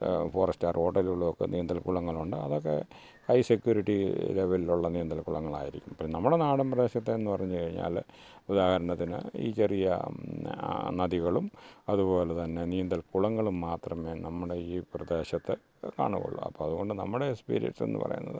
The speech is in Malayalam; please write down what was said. ഫോർ സ്റ്റാർ ഹോട്ടലുകളൊക്കെ നീന്തൽകുളങ്ങളുണ്ട് അതൊക്കെ ഹൈ സെക്യൂരിറ്റി ലെവലിലുള്ള നീന്തൽ കുളങ്ങളായിരിക്കും പിന്നെ നമ്മുടെ നാടൻ പ്രദേശത്തേത് എന്ന് പറഞ്ഞുകഴിഞ്ഞാൽ ഉദാഹരണത്തിന് ഈ ചെറിയ നദികളും അതുപോലെത്തന്നെ നീന്തൽ കുളങ്ങളും മാത്രമേ നമ്മുടെ ഈ പ്രദേശത്ത് കാണുകയുള്ളൂ അപ്പം അതുകൊണ്ട് നമ്മുടെ എക്സ്പീരിയൻസ് എന്ന് പറയുന്നത്